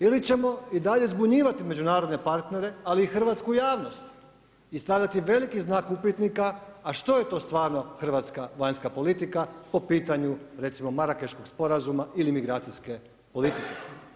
Ili ćemo i dalje zbunjivati međunarodne partnere ali i hrvatsku javnost i stavljati veliki znak upitnika, a što je to stvarno hrvatska vanjska politika po pitanju recimo Marrakechkog sporazuma ili migracijske politike.